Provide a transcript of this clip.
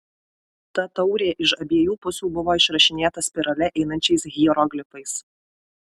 ta taurė iš abiejų pusių buvo išrašinėta spirale einančiais hieroglifais